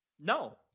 No